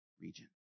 region